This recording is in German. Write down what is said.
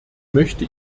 möchte